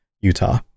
Utah